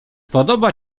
podoba